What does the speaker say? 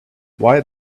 why